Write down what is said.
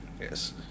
Yes